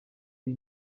the